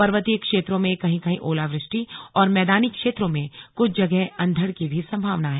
पर्वतीय क्षेत्रों में कहीं कहीं ओलावृष्टि और मैदानी क्षेत्रों में कुछ जगह अंधड़ की भी संभावना है